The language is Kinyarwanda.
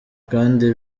kandi